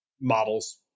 models